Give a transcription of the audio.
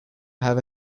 have